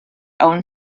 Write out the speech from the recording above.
own